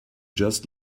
just